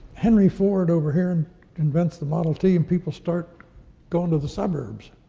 henry ford over here and invents the model t, and people start going to the suburbs.